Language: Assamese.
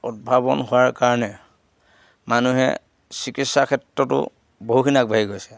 উদ্ভাৱন হোৱাৰ কাৰণে মানুহে চিকিৎসাৰ ক্ষেত্ৰতো বহুখিনি আগবাঢ়ি গৈছে